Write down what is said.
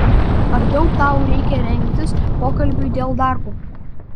ar daug tau reikia rengtis pokalbiui dėl darbo